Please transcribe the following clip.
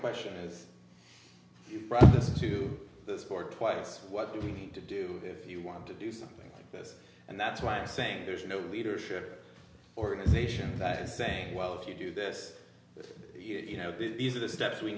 question is you brought this into the sport twice what do we need to do if you want to do something like this and that's why i'm saying there's no leadership organization that is saying well if you do this you know these are the steps we